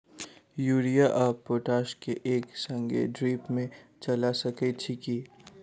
Urea आ potash केँ एक संगे ड्रिप मे चला सकैत छी की?